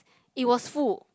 it was full